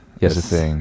Yes